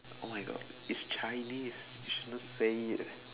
oh my god it's chinese you shouldn't say it